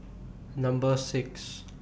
Number six